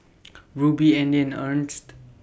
Rubie Audy and Ernst